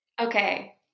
Okay